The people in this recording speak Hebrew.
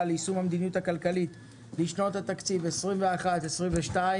ליישום המדיניות הכלכלית לשנות התקציב 2021 ו-2022).